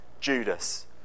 Judas